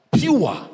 pure